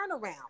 turnaround